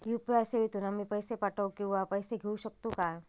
UPI सेवेतून आम्ही पैसे पाठव किंवा पैसे घेऊ शकतू काय?